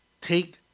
take